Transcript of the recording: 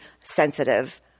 sensitive